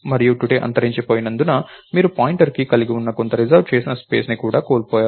మరియు టుడే అంతరించిపోయినందున మీరు పాయింటర్ కి కలిగి ఉన్న కొంత రిజర్వ్ చేసిన స్పేస్ ను కూడా కోల్పోయారు